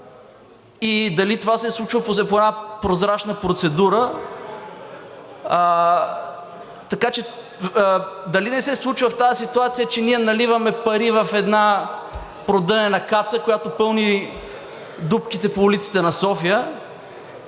и дали това се случва по една прозрачна процедура. Така че дали не се случва в тази ситуация, че ние наливаме пари в една продънена каца, която пълни дупките по улиците на София,